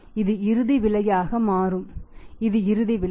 இது இறுதி விலையாக மாறும் இது இறுதி விலை